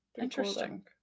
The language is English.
Interesting